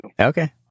okay